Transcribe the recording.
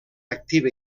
activa